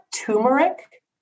turmeric